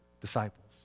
disciples